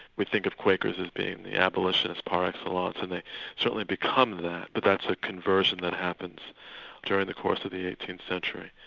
we think of quakers as being the abolitionists par excellence and they've certainly become that, but that's a conversion that happens during the course of the eighteenth century.